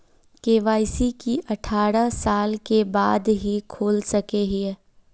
KYC की अठारह साल के बाद ही खोल सके हिये?